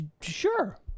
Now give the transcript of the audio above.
Sure